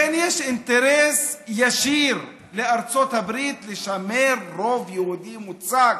יש אינטרס ישיר לארצות הברית לשמר רוב יהודי מוצק